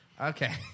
Okay